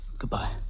Goodbye